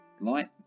Light